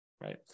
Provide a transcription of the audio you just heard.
right